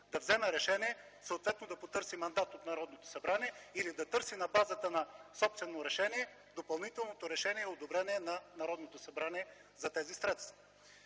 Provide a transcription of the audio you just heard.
да вземе решение, съответно да потърси мандат от Народното събрание, или да търси на базата на собствено решение допълнителното решение и одобрение на Народното събрание за тези средства.